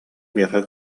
миэхэ